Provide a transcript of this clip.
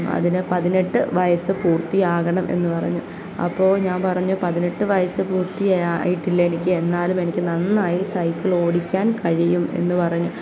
അതിന് പതിനെട്ട് വയസ്സ് പൂർത്തിയാകണം എന്ന് പറഞ്ഞു അപ്പോൾ ഞാൻ പറഞ്ഞു പതിനെട്ട് വയസ്സ് പൂർത്തിയായിട്ടില്ല എനിക്ക് എന്നാലും എനിക്ക് നന്നായി സൈക്കിൾ ഓടിക്കാൻ കഴിയും എന്ന് പറഞ്ഞു